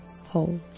Hold